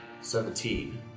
Seventeen